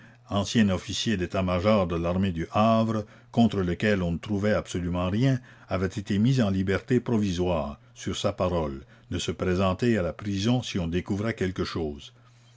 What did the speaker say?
ancien officier d'état-major de l'armée du havre contre lequel on ne trouvait absolument rien avait été mis en liberté provisoire sur sa parole de se présenter à la prison si on découvrait quelque chose